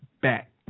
back